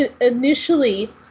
initially